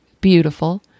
beautiful